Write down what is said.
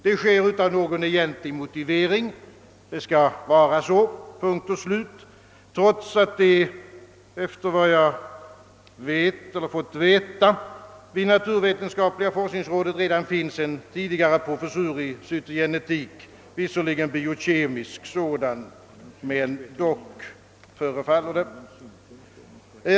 Det sker utan någon egentlig motivering — det skall vara så, punkt och slut — detta trots att det efter vad jag fått veta vid naturvetenskapliga forskningsrådet redan finns en tidigare professur i cytogenetik, visserligen biokemisk sådan, men i alla fall.